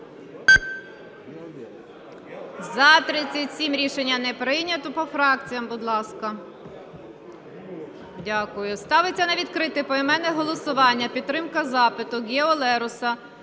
За-37 Рішення не прийнято. По фракціях, будь ласка. Дякую. Ставиться на відкрите поіменне голосування підтримка запиту Гео Лероса